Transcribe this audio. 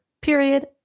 Period